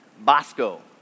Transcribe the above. Bosco